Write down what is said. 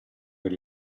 per